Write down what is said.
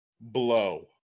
Blow